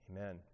Amen